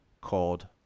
called